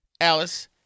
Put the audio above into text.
Alice